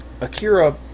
Akira